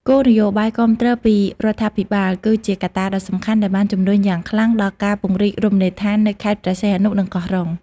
គោលនយោបាយគាំទ្រពីរដ្ឋាភិបាល គឺជាកត្តាដ៏សំខាន់ដែលបានជំរុញយ៉ាងខ្លាំងដល់ការពង្រីករមណីយដ្ឋាននៅខេត្តព្រះសីហនុ និងកោះរ៉ុង។